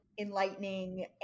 enlightening